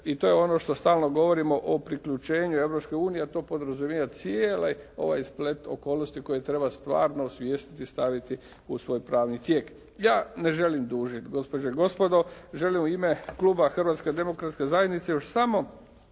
i to je ono što stalno govorimo o priključenju Europskoj unije a to podrazumijeva cijeli ovaj splet okolnosti koji treba stvarno osvijestiti i staviti u svoj pravni tijek. Ja ne želim dužiti gospođe i gospodo. Želim u ime Kluba Hrvatske demokratske zajednice još samo